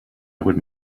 would